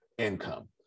income